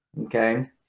Okay